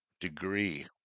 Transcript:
degree